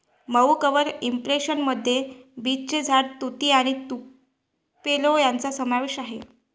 मऊ cover impression मध्ये बीचचे झाड, तुती आणि तुपेलो यांचा समावेश आहे